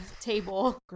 table